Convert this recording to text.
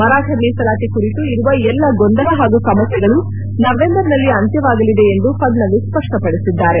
ಮರಾಠ ಮೀಸಲಾತಿ ಕುರಿತು ಇರುವ ಎಲ್ಲ ಗೊಂದಲ ಹಾಗೂ ಸಮಸ್ಗೆಗಳು ನವೆಂಬರ್ನಲ್ಲಿ ಅಂತ್ಯವಾಗಲಿದೆ ಎಂದು ಫಡ್ನವೀಸ್ ಸ್ಪಷ್ಟಪಡಿಸಿದ್ದಾರೆ